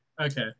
okay